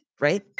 right